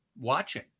watching